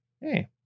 Hey